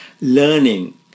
learning